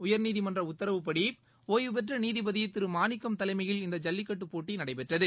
உயர்நீதிமன்ற உத்தரவுப்படி ஓய்வு பெற்ற நீதிபதி திருமாணிக்கம் தலைமையில் இந்த ஜல்லிக்கட்டு நடைபெற்றது